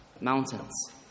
mountains